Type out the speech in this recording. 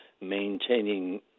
maintaining